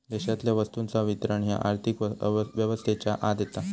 देशातल्या वस्तूंचा वितरण ह्या आर्थिक व्यवस्थेच्या आत येता